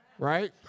Right